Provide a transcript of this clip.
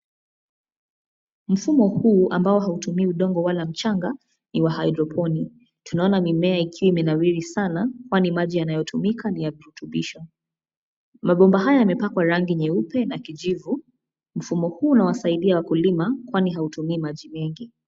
Mfumo huu ambao hautumii udongo wala mchanga ni wa (cs)hydroponic(cs).Tunaona mimea ikiwa imenawiri sana kwani maji inayotumika ni ya virutubisho. Mabomba haya yamepakwa rangi nyeupe na kijivu. Mfumo huu unawasaidia wakulima kwani hautumii maji mengi.